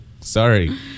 sorry